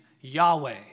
Yahweh